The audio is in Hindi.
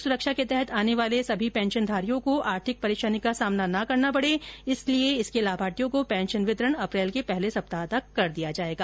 सामाजिक सुरक्षा के तहत आने वाले सभी प्रकार के पेंशनधारियों को आर्थिक परेशानी का सामना नहीं करना पडे इसलिए इसके लाभार्थियों को पेंशन वितरण अप्रेल के पहले सप्ताह तक कर दिया जाएगा